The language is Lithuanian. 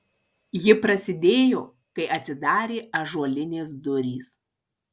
ji prasidėjo kai atsidarė ąžuolinės durys